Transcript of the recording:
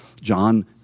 John